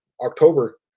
October